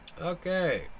Okay